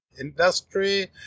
industry